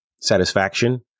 satisfaction